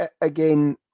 again